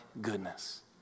goodness